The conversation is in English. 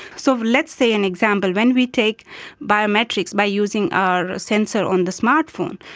so let's say an example, when we take biometrics, by using our sensor on the smart phone.